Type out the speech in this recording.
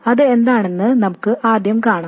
അത് എന്താണെന്ന് നമുക്ക് ആദ്യം കാണാം